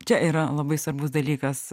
čia yra labai svarbus dalykas